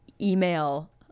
email